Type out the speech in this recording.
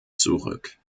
zurück